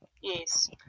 Yes